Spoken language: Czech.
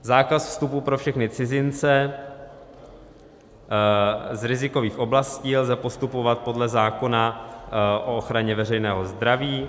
Zákaz vstupu pro všechny cizince z rizikových oblastí lze postupovat podle zákona o ochraně veřejného zdraví.